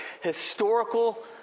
historical